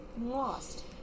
lost